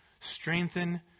strengthen